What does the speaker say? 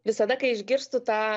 visada kai išgirstu tą